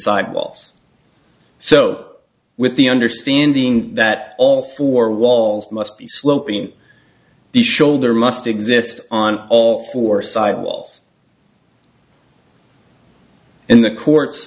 side walls so with the understanding that all four walls must be sloping the shoulder must exist on all four side walls in the courts